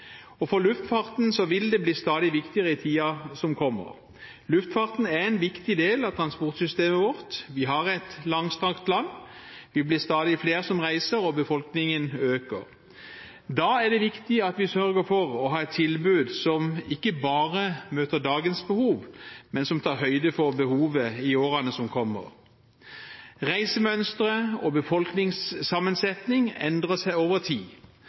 østlandsområdet. For luftfarten vil det bli stadig viktigere i tiden som kommer. Luftfarten er en viktig del av transportsystemet vårt. Vi har et langstrakt land, vi blir stadig flere som reiser, og befolkningen øker. Da er det viktig at vi sørger for å ha et tilbud som ikke bare møter dagens behov, men som også tar høyde for behovet i årene som kommer. Reisemønstre og befolkningssammensetning endrer seg over tid.